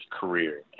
career